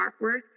artwork